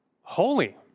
Holy